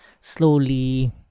slowly